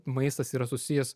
maistas yra susijęs